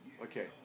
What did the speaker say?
Okay